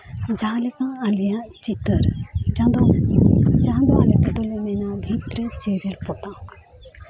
ᱡᱟᱦᱟᱸ ᱞᱮᱠᱟ ᱟᱞᱮᱭᱟᱜ ᱪᱤᱛᱟᱹᱨ ᱡᱟᱦᱟᱸ ᱫᱚ ᱟᱞᱮ ᱛᱮᱫᱚᱞᱮ ᱢᱮᱱᱟ ᱵᱷᱤᱛᱨᱮ ᱡᱮᱨᱮᱲ ᱯᱚᱛᱟᱣ